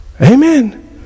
Amen